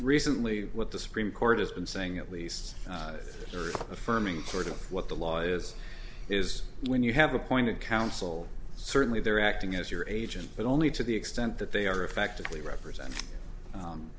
recently what the supreme court has been saying at least affirming sort of what the law is is when you have appointed counsel certainly they're acting as your agent but only to the extent that they are effectively represent